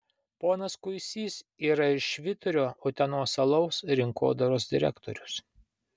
ponas kuisys yra ir švyturio utenos alaus rinkodaros direktorius